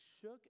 shook